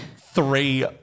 three